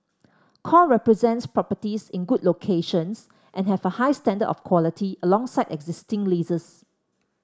core represents properties in good locations and have a high standard of quality alongside existing leases